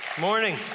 Morning